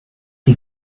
the